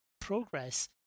progress